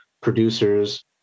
producers